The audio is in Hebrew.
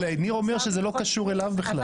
אבל ניר אומר שזה לא קשור אליו בכלל.